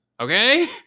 Okay